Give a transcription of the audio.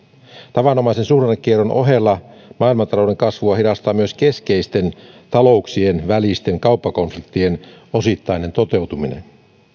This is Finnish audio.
tavanomaisen suhdannekierron ohella maailmantalouden kasvua hidastaa myös keskeisten talouksien välisten kauppakonfliktien osittainen toteutuminen